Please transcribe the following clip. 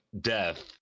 death